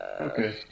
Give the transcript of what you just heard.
Okay